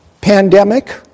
pandemic